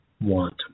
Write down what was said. want